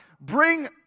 Bring